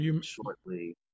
shortly